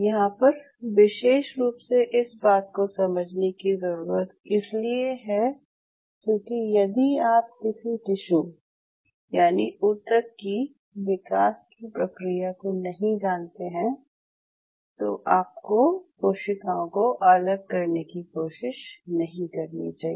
यहाँ पर विशेष रूप से इस बात को समझने की ज़रूरत इसलिए है क्यूंकि यदि आप किसी टिश्यू यानि ऊतक की विकास की प्रक्रिया को नहीं जानते हैं तो आपको कोशिकाओं को अलग करने की कोशिश नहीं करनी चाहिए